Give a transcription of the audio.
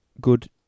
good